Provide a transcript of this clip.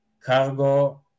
cargo